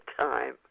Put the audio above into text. time